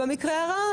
במקרה הרע,